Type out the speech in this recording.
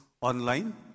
online